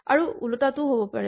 আৰু ওলোটাটোও হ'ব পাৰে